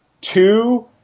two